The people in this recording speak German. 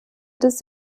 des